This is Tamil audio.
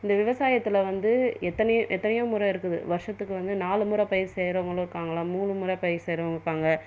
இந்த விவசாயத்தில் வந்து எத்தனையோ எத்தனையோ முறை இருக்குது வருஷத்துக்கு வந்து நாலு முறை பயிர் செய்கிறவங்களும் இருக்காங்களா மூணு முறை பயிர் செய்கிறவங்க இருக்காங்கள்